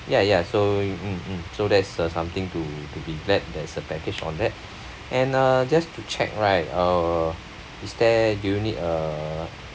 ya ya so hmm hmm so there's uh something to be glad there is a package on that and uh just to check right uh is there do you need uh